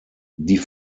die